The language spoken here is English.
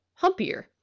humpier